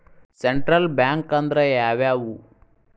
Central bank ಅಂದ್ರ ಯಾವ್ಯಾವು?